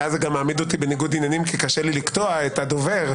ואז זה גם מעמיד אותי בניגוד עניינים כי קשה לי לקטוע את הדובר.